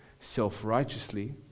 self-righteously